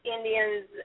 Indians